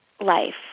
life